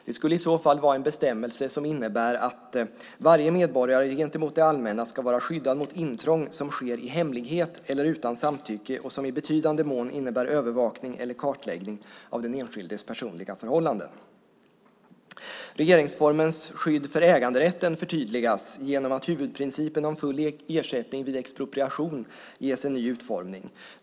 Det skulle i så fall vara en bestämmelse som innebär att varje medborgare gentemot det allmänna ska vara skyddad mot intrång som sker i hemlighet eller utan samtycke och som i betydande mån innebär övervakning eller kartläggning av den enskildes personliga förhållanden. Regeringsformens skydd för äganderätten förtydligas genom att huvudprincipen om full ersättning vid expropriation ges en ny utformning.